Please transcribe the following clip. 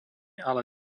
ale